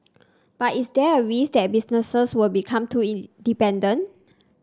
but is there a risk that businesses would become too in dependent